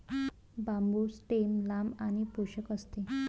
बांबू stem लांब आणि पोकळ असते